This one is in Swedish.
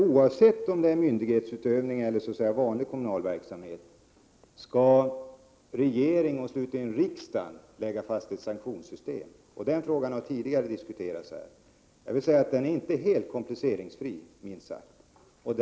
Oavsett om det är fråga om myndighetsutövning eller ”vanlig” kommunal verksamhet, skall regeringen och slutligen riksdagen lägga fast ett sanktionssystem? Den frågan har tidigare diskuterats här. Jag vill säga att den frågan inte är helt komplikationsfri — minst sagt.